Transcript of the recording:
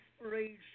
Inspiration